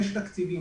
יש תקציבים,